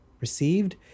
received